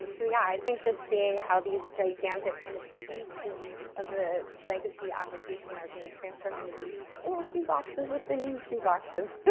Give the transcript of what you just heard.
and so, yeah. i think just seeing how these gigantic kind of beast of of a legacy application are being transformed into these little shoe boxes within shoe boxes.